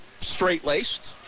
straight-laced